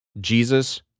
Jesus